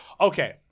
Okay